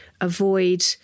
avoid